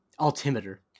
altimeter